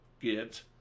get